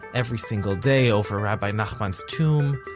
every single day over rabbi nachman's tomb,